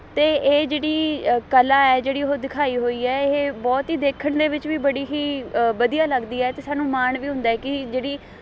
ਅਤੇ ਇਹ ਜਿਹੜੀ ਕਲਾ ਹੈ ਜਿਹੜੀ ਉਹ ਦਿਖਾਈ ਹੋਈ ਹੈ ਇਹ ਬਹੁਤ ਹੀ ਦੇਖਣ ਦੇ ਵਿੱਚ ਵੀ ਬੜੀ ਹੀ ਵਧੀਆ ਲੱਗਦੀ ਹੈ ਅਤੇ ਸਾਨੂੰ ਮਾਣ ਵੀ ਹੁੰਦਾ ਹੈ ਕਿ ਜਿਹੜੀ